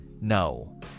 no